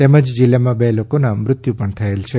તેમજ જિલ્લામાં બે લોકોના મત્યુ પણ થયેલ છે